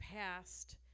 past